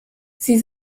sie